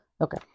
Okay